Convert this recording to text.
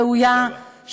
ראויה,